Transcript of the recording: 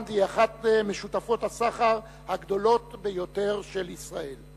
והולנד היא אחת משותפות הסחר הגדולות ביותר של ישראל.